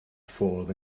ffordd